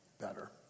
better